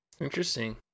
Interesting